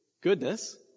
goodness